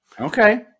Okay